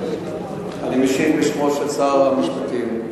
אני משיב בשמו של שר המשפטים.